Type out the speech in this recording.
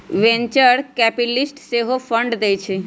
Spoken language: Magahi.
वेंचर कैपिटलिस्ट सेहो फंड देइ छइ